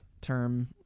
term